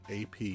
AP